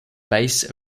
base